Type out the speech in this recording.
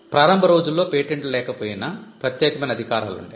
ప్రారంభ రోజుల్లో పేటెంట్లు లేకపోయినా ప్రత్యేకమైన అధికారాలుండేవి